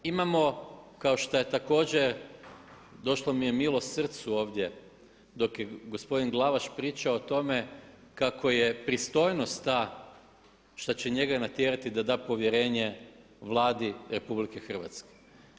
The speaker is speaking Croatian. Imamo kao što je također došlo mi je milo srcu ovdje dok je gospodin Glavaš pričao o tome kako je pristojnost ta što će njega natjerati da da povjerenje Vladi Republike Hrvatske.